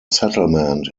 settlement